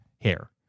hair